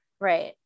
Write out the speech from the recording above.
Right